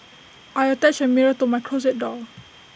I attached A mirror to my closet door